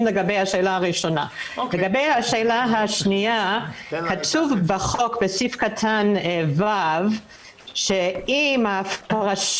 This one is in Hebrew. בעת שהייה זמנית מחוץ לישראל אם העובד הזר הורשה